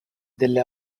delle